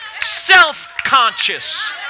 self-conscious